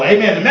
Amen